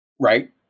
Right